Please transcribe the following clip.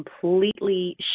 completely